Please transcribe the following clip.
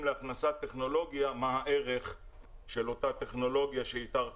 להכנסת טכנולוגיה מה הערך של אותה טכנולוגיה שאיתרת